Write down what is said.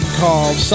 called